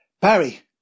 Barry